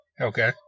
Okay